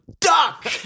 duck